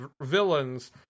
villains